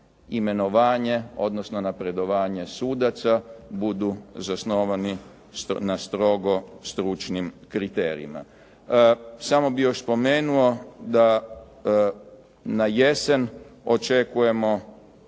imenovanje, odnosno napredovanje sudaca budu zasnovani na strogo stručnim kriterijima. Samo bih još spomenuo, da na jesen očekujemo